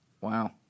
Wow